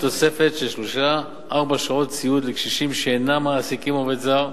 תוספת של שלוש-ארבע שעות סיעוד לקשישים שאינם מעסיקים עובד זר,